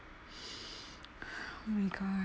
oh my god